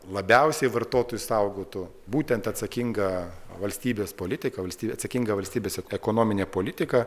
labiausiai vartotojus saugotų būtent atsakinga valstybės politika valstybė atsakinga valstybės ekonominė politika